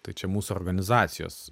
tai čia mūsų organizacijos